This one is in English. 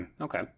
okay